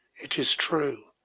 it is true,